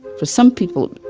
for some people,